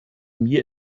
mir